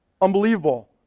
unbelievable